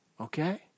okay